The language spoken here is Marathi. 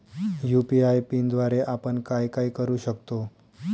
यू.पी.आय पिनद्वारे आपण काय काय करु शकतो?